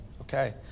Okay